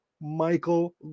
Michael